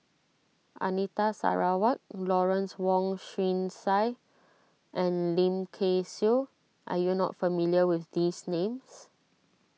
Anita Sarawak Lawrence Wong Shyun Tsai and Lim Kay Siu are you not familiar with these names